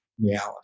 reality